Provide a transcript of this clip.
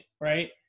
right